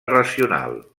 racional